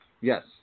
Yes